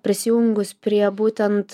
prisijungus prie būtent